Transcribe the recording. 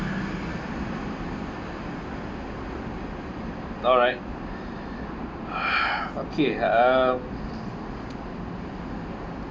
alright okay uh